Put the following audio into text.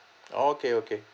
okay okay